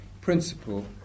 principle